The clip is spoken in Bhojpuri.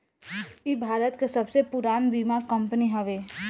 इ भारत के सबसे पुरान बीमा कंपनी हवे